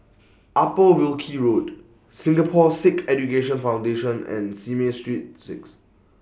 Upper Wilkie Road Singapore Sikh Education Foundation and Simei Street six